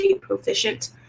proficient